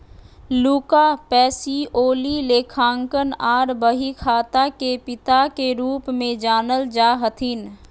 Luca पैसीओली लेखांकन आर बहीखाता के पिता के रूप मे जानल जा हथिन